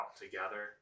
together